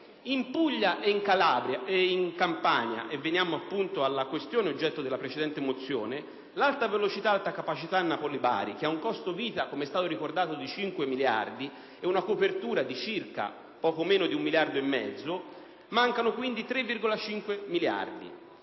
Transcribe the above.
In Puglia e Campania, e veniamo appunto alla questione oggetto della precedente mozione, l'Alta velocità‑Alta capacità Napoli-Bari, con un costo vita, come è stato ricordato, di 5 miliardi di euro, ha una copertura di poco meno di 1,5 miliardi di euro: mancano quindi 3,5 miliardi